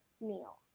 meal